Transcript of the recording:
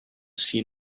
seen